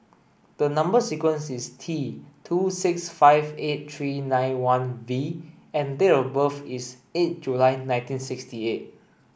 the number sequence is T two six five eight three nine one V and date of birth is eight July nineteen sixty eight